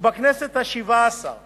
ובכנסת השבע-עשרה